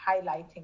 highlighting